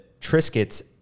Triscuit's